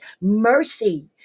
Mercy